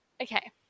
Okay